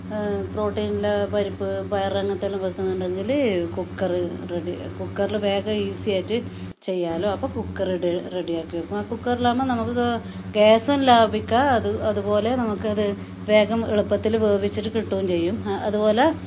പ്രോട്ടീൻലെ പരിപ്പ് പയർ അങ്ങനത്തെ എല്ലാം വയ്ക്കുന്നുണ്ടെങ്കിൽ കുക്കർ റെഡി കുക്കറിൽ വേഗം ഈസി ആയിട്ട് ചെയ്യാമല്ലോ അപ്പം കുക്കർ റെഡി റെഡി ആക്കി വയ്ക്കും കുക്കറിൽ ആകുമ്പോൾ നമുക്ക് ഗ്യാസും ലാഭിക്കാം അത് അതുപോലെ നമുക്കത് വേഗം എളുപ്പത്തിൽ വേവിച്ചിട്ട് കിട്ടുകയും ചെയ്യും ആ അതുപോലെ